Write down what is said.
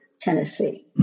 Tennessee